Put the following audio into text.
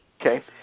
Okay